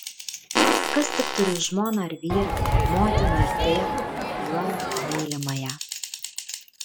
kas tik turi žmoną ar vyrą motiną ar tėvą juolab mylimąją